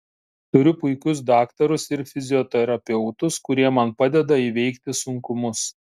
turiu puikius daktarus ir fizioterapeutus kurie man padeda įveikti sunkumus